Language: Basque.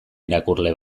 irakurle